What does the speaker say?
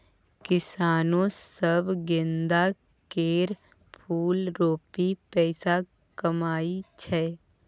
किसानो सब गेंदा केर फुल रोपि पैसा कमाइ छै